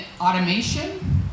automation